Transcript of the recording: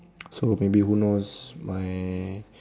so maybe who knows my